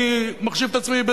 אני מחשיב את עצמי,